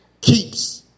keeps